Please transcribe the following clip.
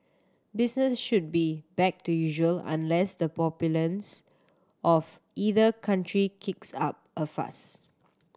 business should be back to usual unless the populace of either country kicks up a fuss